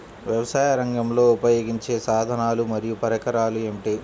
వ్యవసాయరంగంలో ఉపయోగించే సాధనాలు మరియు పరికరాలు ఏమిటీ?